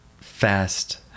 fast